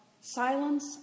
silence